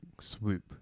swoop